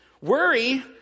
Worry